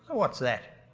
what's that,